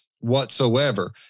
whatsoever